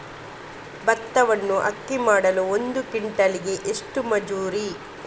ಭತ್ತವನ್ನು ಅಕ್ಕಿ ಮಾಡಲು ಒಂದು ಕ್ವಿಂಟಾಲಿಗೆ ಎಷ್ಟು ಮಜೂರಿ?